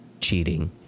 cheating